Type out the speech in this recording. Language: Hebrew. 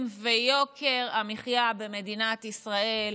יוקר המחיה במדינת ישראל,